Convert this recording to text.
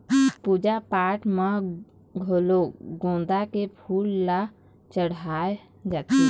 पूजा पाठ म घलोक गोंदा के फूल ल चड़हाय जाथे